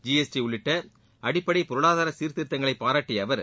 G S T உள்ளிட்ட அடிப்படை பொருளாதார சீர்திருத்தங்களை பாராட்டிய அவர்